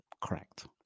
correct